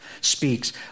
speaks